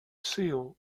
seal